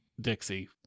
dixie